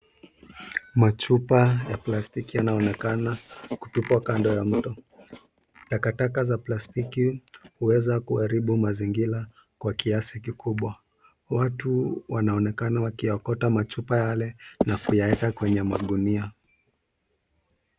Machupa ya plastiki yanaonekana kutupwa kando ya mto. Takataka za plastiki huweza kuharibu mazingira kwa kiasi kikubwa. Watu wanaonekana wakiokota machupa yale na kuyaweka kwenye magunia.